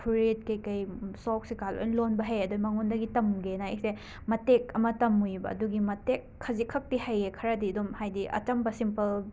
ꯐꯨꯔꯤꯠ ꯀꯩ ꯀꯩ ꯁꯣꯛꯁ ꯀꯩ ꯀꯥ ꯂꯣꯏꯅ ꯂꯣꯟꯕ ꯍꯩ ꯑꯗꯨꯒꯤ ꯃꯉꯣꯟꯗꯒꯤ ꯇꯝꯒꯦꯅ ꯑꯩꯁꯦ ꯃꯇꯦꯛ ꯑꯃ ꯇꯥꯝꯃꯨꯏꯌꯦꯕ ꯑꯗꯨꯒꯤ ꯃꯇꯦꯛ ꯈꯖꯤꯛꯈꯛꯇꯤ ꯍꯩꯌꯦ ꯈꯔꯗꯤ ꯑꯗꯨꯝ ꯍꯥꯏꯗꯤ ꯑꯆꯝꯕ ꯁꯤꯝꯄꯜ